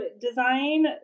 Design